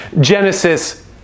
Genesis